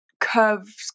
curves